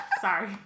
sorry